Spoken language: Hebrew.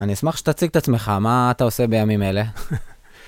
אני אשמח שתציג את עצמך, מה אתה עושה בימים אלה?